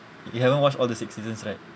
you haven't watch all the six seasons right